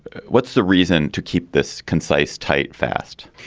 what's the reason to keep this concise, tight, fast?